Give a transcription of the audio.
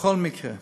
בכל מקרה,